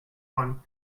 one